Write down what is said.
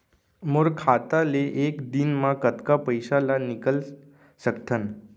मोर खाता ले एक दिन म कतका पइसा ल निकल सकथन?